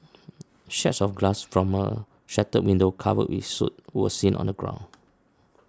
shards of glass from a shattered window covered with soot were seen on the ground